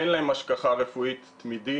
אין להם השגחה רפואית תמידית.